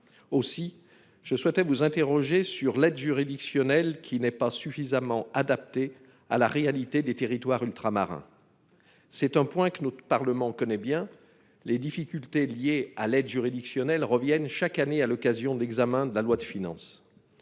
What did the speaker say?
ministre, souhaiterais-je vous interroger sur l'aide juridictionnelle, qui n'est pas suffisamment adaptée à la réalité des territoires ultramarins. C'est un point que le Parlement connaît bien, car les difficultés liées à l'aide juridictionnelle reviennent chaque année à l'occasion de l'examen de la loi de finances.